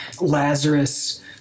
Lazarus—